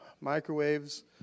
microwaves